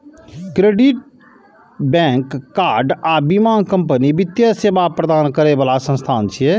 bank, credit card आ बीमा company वित्तीय सेवा प्रदान करै बला संस्थान छियै